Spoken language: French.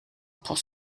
pour